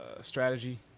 strategy